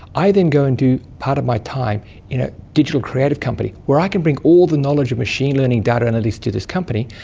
i then go and do part of my time in a digital creative company where i can bring all the knowledge of machine learning data and analytics to this company,